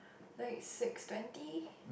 like six twenty